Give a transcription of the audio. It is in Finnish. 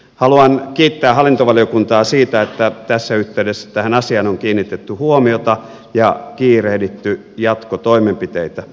haluan kiittää hallintovaliokuntaa siitä että tässä yhteydessä tähän asiaan on kiinnitetty huomiota ja kiirehditty jatkotoimenpiteitä